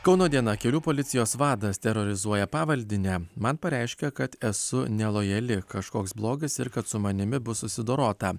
kauno diena kelių policijos vadas terorizuoja pavaldinę man pareiškė kad esu nelojali kažkoks blogis ir kad su manimi bus susidorota